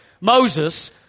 Moses